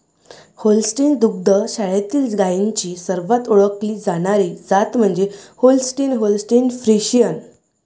Holstein दुग्ध शाळेतील गायींची सर्वात ओळखली जाणारी जात म्हणजे होल्स्टीन होल्स्टीन फ्रिशियन